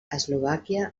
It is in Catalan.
eslovàquia